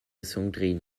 sandrine